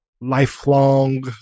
lifelong